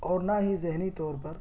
اور نہ ہی ذہنی طور پر